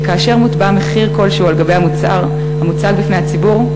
שכאשר מוטבע מחיר כלשהו על מוצר המוצג בפני הציבור,